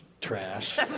trash